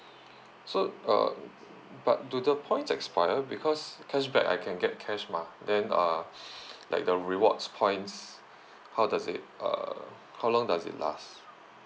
so uh but do the points expire because cashback I can get cash mah then uh like the rewards points how does it uh how long does it last